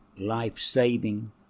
life-saving